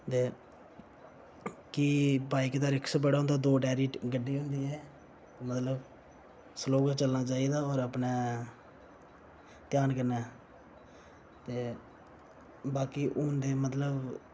कि बाईक दा रिक्स बड़ा होंदा ऐ दो टैरी गड्डी होंदी ऐ मतलब स्लो गै चलना चाहिदा होर अपनै ध्यान कन्नै ते बाकी हून ते मतलब